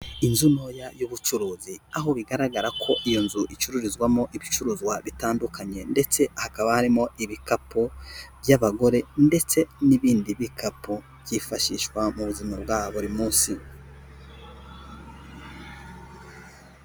Inzu ntoya y'ubucuruzi, aho bigaragara ko iyo nzu icururizwamo ibicuruzwa bitandukanye, ndetse hakaba harimo ibikapu by'abagore, ndetse n'ibindi bikapu byifashishwa mu buzima bwa buri munsi.